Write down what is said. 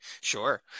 Sure